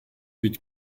huit